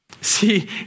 See